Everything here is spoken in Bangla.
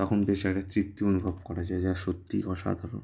তখন বেশ একটা তৃপ্তি অনুভব করা যায় যা সত্যি অসাধারণ